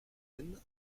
veynes